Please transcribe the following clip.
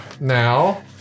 now